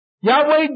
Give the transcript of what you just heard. Yahweh